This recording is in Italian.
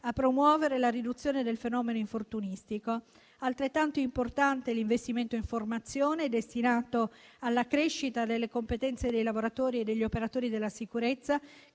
a promuovere la riduzione del fenomeno infortunistico. Altrettanto importante è l'investimento in formazione, destinato alla crescita delle competenze dei lavoratori e degli operatori della sicurezza,